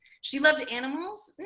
she loved animals,